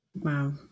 Wow